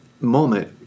moment